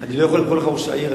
אני לא יכול לקרוא לך ראש העיר,